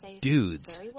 dudes